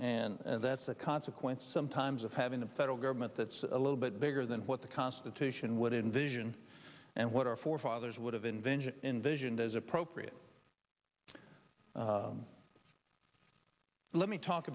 and that's a consequence sometimes of having the federal government that's a little bit bigger than what the constitution would envision and what our forefathers would have invention in vision that is appropriate let me talk